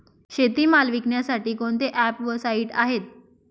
शेतीमाल विकण्यासाठी कोणते ॲप व साईट आहेत?